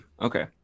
okay